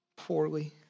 poorly